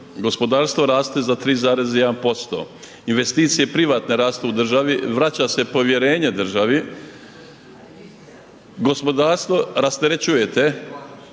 gospodarstvo raste za 3,1%, investicije privatne rastu u državi, vraća se povjerenje državi, gospodarstvo rasterećujete